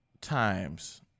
times